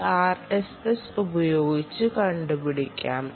ഈ RSS ഉപയോഗിച്ചു കണ്ടുപിടിക്കാം